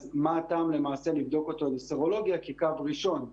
אז מה הטעם למעשה לבדוק אותו לסרולוגיה כקו הראשון.